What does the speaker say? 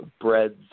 breads